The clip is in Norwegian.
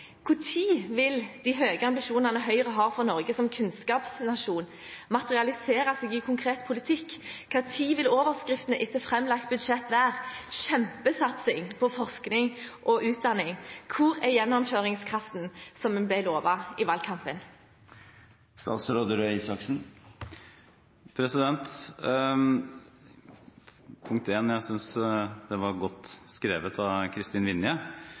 vil de høye ambisjonene som Høyre har for Norge som kunnskapsnasjon, materialisere seg i konkret politikk? Når vil overskriftene etter framlagt budsjett være «kjempesatsing på forskning og utdanning»? Hvor er gjennomføringskraften som en ble lovet i valgkampen? Punkt nr. 1: Jeg synes det var godt skrevet av Kristin Vinje.